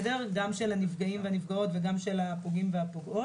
גם של הנפגעים/נפגעות וגם של הפוגעים והפוגעות.